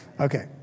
Okay